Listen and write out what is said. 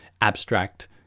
abstract